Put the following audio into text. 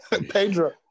Pedro